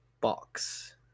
box